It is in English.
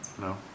No